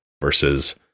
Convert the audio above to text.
versus